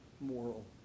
moral